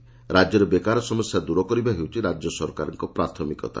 ରାକ୍ୟରେ ବେକାର ସମସ୍ୟା ଦ୍ର କରିବା ହେଉଛି ରାଜ୍ୟ ସରକାରଙ୍କ ପ୍ରାଥମିକତା